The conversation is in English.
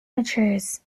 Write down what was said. matures